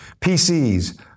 PCs